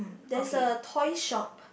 there's a toy shop